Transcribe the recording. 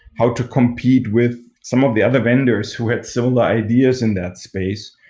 how to compete with some of the other vendors who had similar ideas in that space?